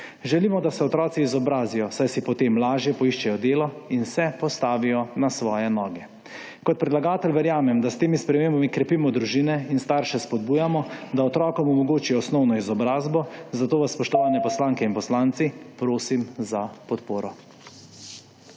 Želimo, da se otroci izobrazijo, saj si potem lažje poiščejo delo in se postavijo na svoje noge. Kot predlagatelj verjamem, da s temi spremembami krepimo družine in starše spodbujamo, da otrokom omogočijo osnovno izobrazbo, zato vas spoštovani / znak za konec razprave/ poslanke in poslanci, prosim za podporo.